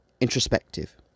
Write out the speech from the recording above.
introspective